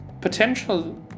potential